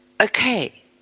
Okay